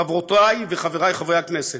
חברותי וחברי חברי הכנסת,